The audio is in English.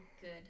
good